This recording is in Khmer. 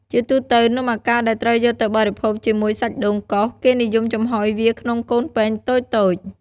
ជាទូទៅ នំអាកោរដែលត្រូវយកទៅបរិភោគជាមួយសាច់ដូងកោស គេនិយមចំហុយវាក្នុងកូនពែងតូចៗ។